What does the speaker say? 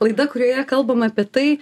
laida kurioje kalbam apie tai